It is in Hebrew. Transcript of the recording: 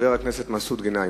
חבר הכנסת מסעוד גנאים.